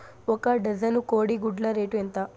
ఒక డజను కోడి గుడ్ల రేటు ఎంత?